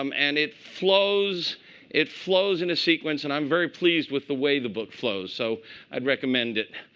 um and it flows it flows in a sequence. and i'm very pleased with the way the book flows. so i'd recommend it.